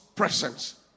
presence